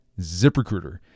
ZipRecruiter